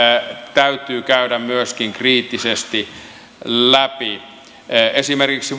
täytyy käydä myöskin kriittisesti läpi esimerkiksi